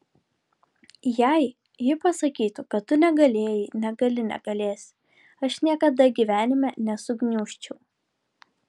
jei ji pasakytų kad tu negalėjai negali negalėsi aš niekada gyvenime nesugniužčiau